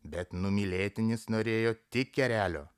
bet numylėtinis norėjo tik erelio